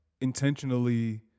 intentionally